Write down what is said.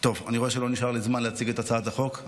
אני רואה שלא נשאר לי זמן להציג את הצעת החוק.